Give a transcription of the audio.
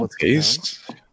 Taste